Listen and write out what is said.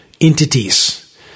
entities